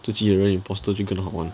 自己的人 imposter 就更好玩